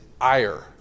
ire